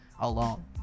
alone